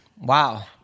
Wow